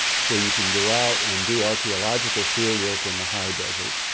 so you can go out and do archaeological fieldwork in the high desert.